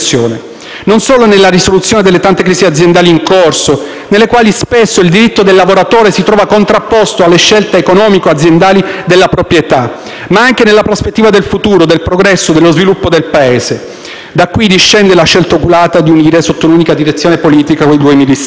non solo nella risoluzione delle tante crisi aziendali in corso, nelle quali spesso il diritto del lavoratore si trova contrapposto alle scelte economico-aziendali della proprietà, ma anche nella prospettiva del futuro, del progresso e dello sviluppo del Paese. Da qui discende la scelta oculata di unire, sotto un'unica direzione politica, quei due Ministeri.